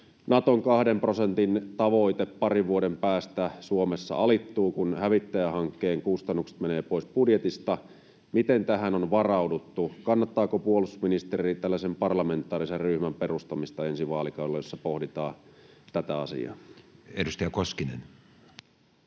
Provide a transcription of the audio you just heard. Naton kahden prosentin tavoite parin vuoden päästä Suomessa alittuu, kun hävittäjähankkeen kustannukset menevät pois budjetista. Miten tähän on varauduttu? Kannattaako puolustusministeri parlamentaarisen ryhmän perustamista ensi vaalikaudella, jossa pohditaan tätä asiaa? Edustaja Koskinen.